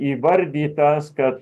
įvardytas kad